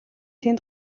тэнд